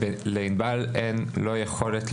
לענבל אין לא יכולת,